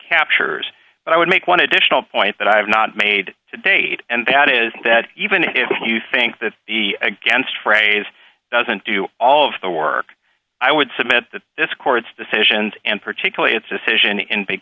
captures but i would make one additional point that i have not made to date and that is that even if you think that the against phrase doesn't do all of the work i would submit that this court's decisions and particularly its decision in big